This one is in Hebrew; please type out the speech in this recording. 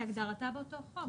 כהגדרתה באותו חוק.